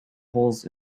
holes